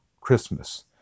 Christmas